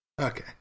Okay